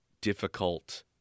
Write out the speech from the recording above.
difficult